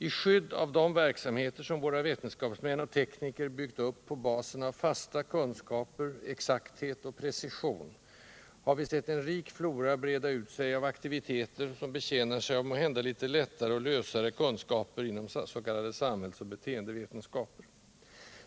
I skydd av de verksamheter som våra vetenskapsmän och tekniker byggt upp på basen av fasta kunskaper, exakthet och precision, har vi sett en rik flora breda ut sig av aktiviteter, som betjänar sig av måhända litet lättare och lösare kunskaper inom s.k. samhällsoch beteendevetenskaper.